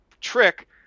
trick